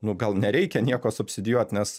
nu gal nereikia nieko subsidijuot nes